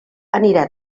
anirà